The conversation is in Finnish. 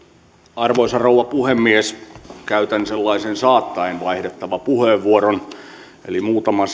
arvoisa rouva puhemies käytän sellaisen saattaen vaihdettava puheenvuoron eli muutama